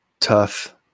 tough